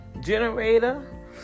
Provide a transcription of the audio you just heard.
generator